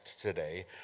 today